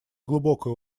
глубокое